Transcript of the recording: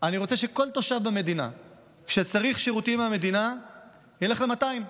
אני רוצה שכל תושב במדינה שצריך שירותים מהמדינה ילך ל-200.